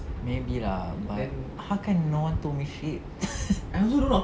maybe lah but how can no one told me shit